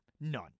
None